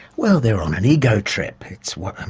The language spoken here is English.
well, they're on an ego trip, that's what.